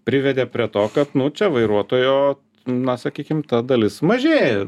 privedė prie to kad nu čia vairuotojo na sakykim ta dalis mažėja